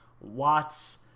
Watts